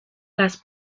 las